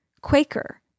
Quaker